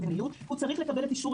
בוקר טוב, אני מתכבד לפתוח את הישיבה.